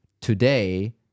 today